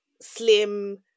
slim